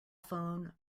phone